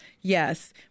Yes